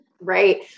Right